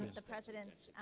the president's